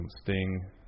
Sting